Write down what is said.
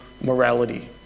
morality